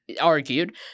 argued